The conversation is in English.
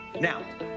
Now